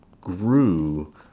grew